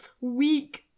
weak